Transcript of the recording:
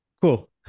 Cool